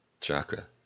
Chakra